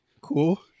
cool